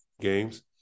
games